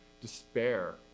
despair